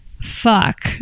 fuck